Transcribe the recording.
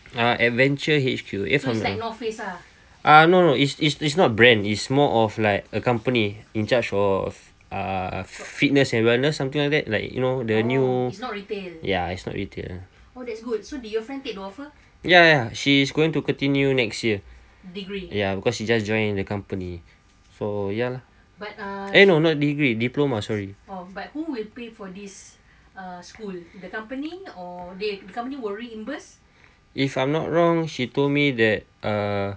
err adventure H_Q no no it's is it's not brand it's more of like a company in-charge of uh fitness and wellness something like that like you know the new ya it's not retail ya ya she is going to continue next year ya because she just join the company eh not degree diploma sorry if I'm not wrong she told me that err